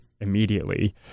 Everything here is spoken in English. Immediately